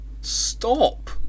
Stop